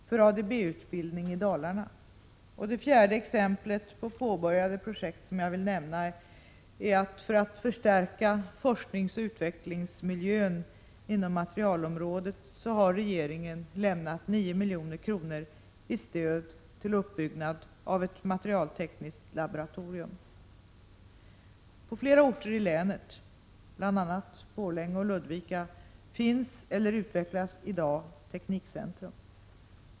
För att förstärka fou-miljön inom materialområdet har regeringen vidare lämnat 9 milj.kr. i stöd till uppbyggnad av ett materialtekniskt laboratorium. På flera orter i länet, bl.a. Borlänge och Ludvika, finns eller utvecklas i dag teknikcentrum.